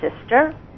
sister